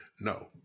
No